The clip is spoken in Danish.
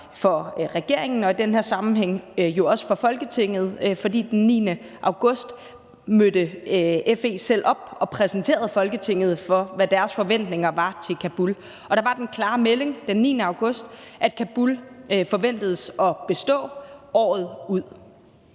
for regeringen og i denne sammenhæng jo også for Folketinget, for den 9. august mødte FE selv op og præsenterede for Folketinget, hvad deres forventninger var i forhold til Kabul. Og den 9. august var den klare melding, at Kabul forventedes at bestå året ud.